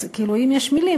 אז כאילו אם יש מילים,